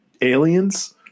aliens